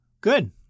Good